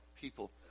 people